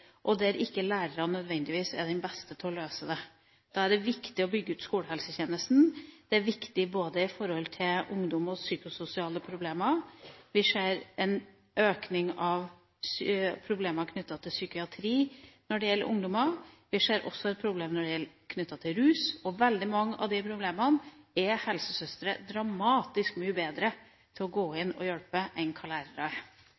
og der lærerne ikke nødvendigvis er de beste til å løse dem. Da er det viktig å bygge ut skolehelsetjenesten. Det er viktig når det gjelder ungdom og psykososiale problemer. Vi ser en økning av problemer knyttet til psykiatri når det gjelder ungdommer, og vi ser også problemer knyttet til rus. Ved veldig mange av disse problemene er helsesøstrene dramatisk mye bedre enn lærerne til å gå